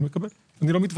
אני מקבל, אני לא מתווכח.